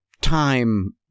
time